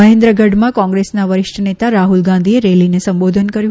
મહેન્દ્રગઢમાં કોંગ્રેસના વરિષ્ઠ નેતા રાહુલ ગાંધીએ રેલીને સંબોધન કર્યું